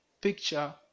picture